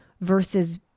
versus